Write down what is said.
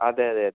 അതെ അതെ അതെ